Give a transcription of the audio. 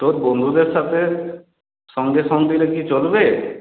তোর বন্ধুদের সাথে সঙ্গে সঙ্গ দিলে কি চলবে